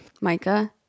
Micah